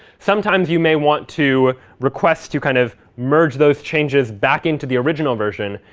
sometimes you may want to request to kind of merge those changes back into the original version.